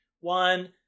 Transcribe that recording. One